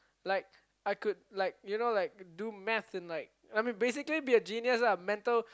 like I could like you know like do Math in like basically be a genius mental